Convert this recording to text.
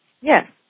Yes